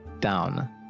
down